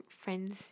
friends